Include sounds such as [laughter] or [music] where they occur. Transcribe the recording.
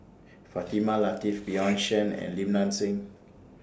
Fatimah Lateef [noise] Bjorn Shen and Lim Nang Seng